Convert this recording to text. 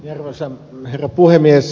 arvoisa herra puhemies